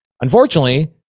Unfortunately